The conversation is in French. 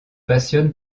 passionne